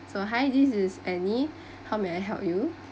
so hi this is anny how may I help you